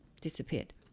disappeared